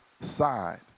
side